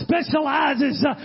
specializes